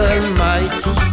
Almighty